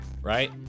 right